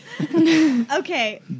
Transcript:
Okay